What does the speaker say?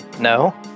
no